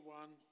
one